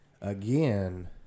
again